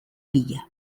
bila